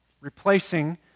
replacing